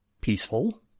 peaceful